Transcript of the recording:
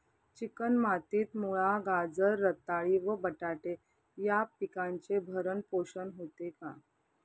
Chicken मातीत मुळा, गाजर, रताळी व बटाटे या पिकांचे भरण पोषण होते का?